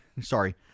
Sorry